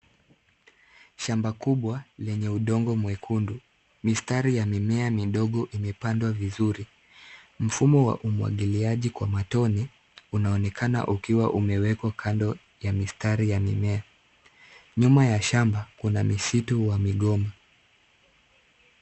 Shamba kubwa lenye udongo mwekundu. Mistari ya mimea midogo imepandwa vizuri. Mfumo wa umwagiliaji kwa matone unaonekana ukiwa umewekwa kando ya mistari ya mimea. Nyuma ya shamba kuna misitu wa migomba.